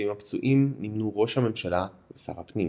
ועם הפצועים נמנו ראש הממשלה ושר הפנים.